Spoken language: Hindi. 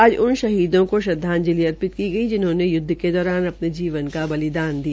आज उन शहीदों को श्रदवाजंलि अर्पित की गई जिन्होंने य्दव के दौरान अपने जीवन का बलिदान दिया